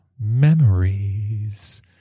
memories